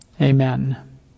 Amen